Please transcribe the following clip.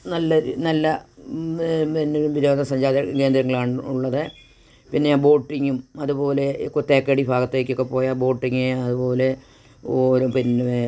നല്ലൊരു നല്ല പിന്നെ വിനോദസഞ്ചാര കേന്ദ്രങ്ങളാണ് ഉള്ളത് പിന്നെ ബോട്ടിങ്ങും അതുപോലെ ഇപ്പോൾ തേക്കടി ഭാഗത്തേക്കൊക്കെ പോയാൽ ബോട്ടിങ്ങ് അതുപോലെ ഓരോ പിന്നെ